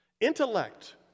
Intellect